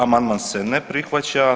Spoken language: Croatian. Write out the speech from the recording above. Amandman se ne prihvaća.